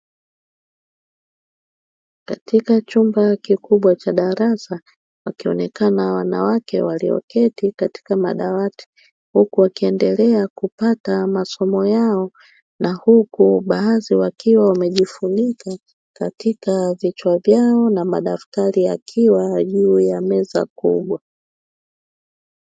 Katika chumba kikubwa cha darasa, akionekana wanawake walioketi katika madawati. Huku akiendelea kupata masomo yao na huku baadhi wakiwa wamejifunika katika vichwa vyao, na madaftari yakiwa juu ya meza kubwa.